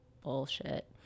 bullshit